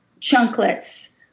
chunklets